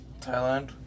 Thailand